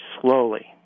slowly